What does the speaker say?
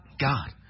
God